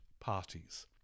parties